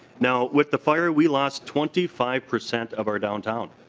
now with the fire we lost twenty five percent of our downtown.